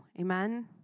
amen